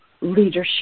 leadership